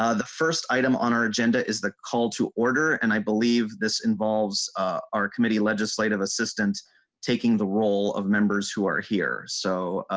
ah the first item on our agenda is the call to order and i believe this involves a our committee legislative assistance taking the role of members who are here so.